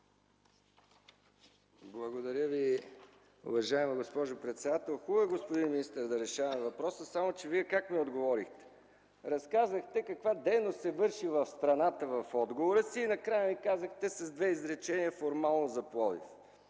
Благодаря Ви, уважаема госпожо председател. Хубаво е, господин министър, да решаваме въпроса, само че Вие как ми отговорихте? В отговора си разказахте каква дейност се върши в страната и накрая ми казахте с две изречения формално за Пловдив.